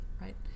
right